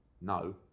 No